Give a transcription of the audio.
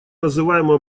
называемую